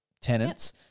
tenants